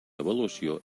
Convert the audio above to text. avaluació